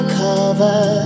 cover